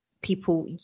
people